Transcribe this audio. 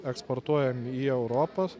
eksportuojam į europos